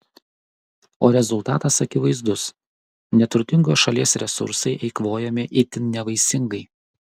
o rezultatas akivaizdus neturtingos šalies resursai eikvojami itin nevaisingai